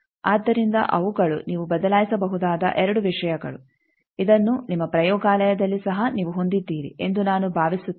ಆದ್ದರಿಂದ ಅವುಗಳು ನೀವು ಬದಲಾಯಿಸಬಹುದಾದ 2 ವಿಷಯಗಳು ಇದನ್ನು ನಿಮ್ಮ ಪ್ರಯೋಗಾಲಯದಲ್ಲಿ ಸಹ ನೀವು ಹೊಂದಿದ್ದೀರಿ ಎಂದು ನಾನು ಭಾವಿಸುತ್ತೇನೆ